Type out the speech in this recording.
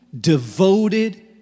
devoted